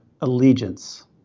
allegiance